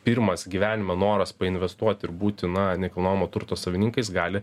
pirmas gyvenimo noras painvestuoti ir būti na nekilnojamo turto savininkais gali